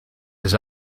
his